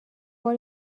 بار